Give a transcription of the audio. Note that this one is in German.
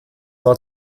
war